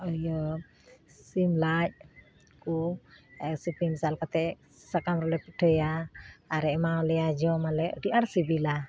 ᱤᱭᱟᱹ ᱥᱤᱢ ᱞᱟᱡ ᱠᱚ ᱥᱤᱯᱤ ᱢᱮᱥᱟᱞ ᱠᱟᱛᱮ ᱥᱟᱠᱟᱢ ᱨᱮᱞᱮ ᱯᱤᱴᱷᱟᱹᱭᱟ ᱟᱨᱮ ᱮᱢᱟᱣᱟᱞᱮᱭᱟ ᱡᱚᱢᱟᱞᱮ ᱟᱹᱰᱤ ᱟᱸᱴ ᱥᱤᱵᱤᱞᱟ